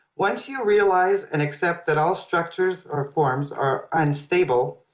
once you realize and accept that all structures or forms are unstable,